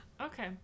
okay